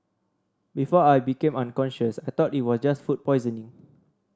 before I became unconscious I thought it was just food poisoning